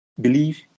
believe